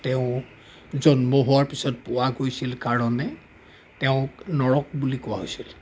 তেওঁ জন্ম হোৱাৰ পিছত পোৱা গৈছিল কাৰণে তেওঁক নৰক বুলি কোৱা হৈছিল